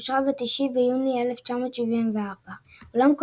אושררה ב-9 ביוני 1974. אולם,